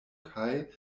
kaj